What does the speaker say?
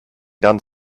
done